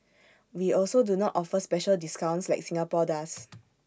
we also do not offer special discounts like Singapore does